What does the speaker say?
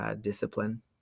discipline